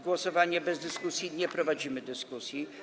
Głosowanie bez dyskusji - nie prowadzimy dyskusji.